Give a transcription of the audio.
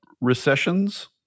recessions